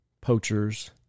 poachers